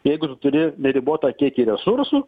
jeigu tu turi neribotą kiekį resursų